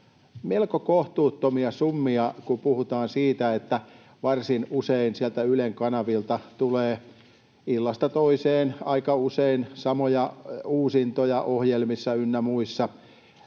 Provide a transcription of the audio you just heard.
Melko kohtuuttomia summia, kun puhutaan siitä, että varsin usein sieltä Ylen kanavilta tulee illasta toiseen samoja uusintoja ohjelmista ynnä muista.